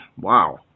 Wow